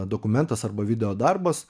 dokumentas arba video darbas